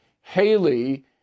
Haley